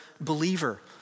believer